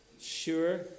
sure